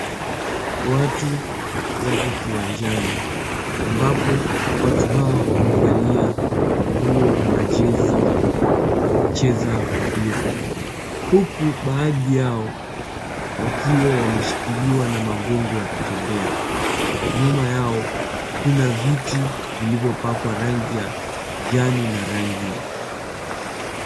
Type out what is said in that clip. Watu wako kiwanjani ambapo watu hawa wamevalia nguo na majezi ya kucheza mpira, huku baadhi yao wakiwa wameshikiliwa na magongo ya kutembea. Nyuma yao kuna viti vilivyo pakwa rangi ya njani na rangi...